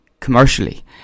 Commercially